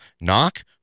knock